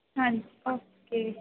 ਹਾਂਜੀ ਓਕੇ